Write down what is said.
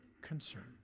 concern